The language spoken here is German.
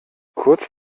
kurz